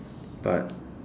but